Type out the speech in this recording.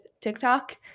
TikTok